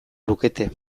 lukete